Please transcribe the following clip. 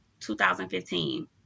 2015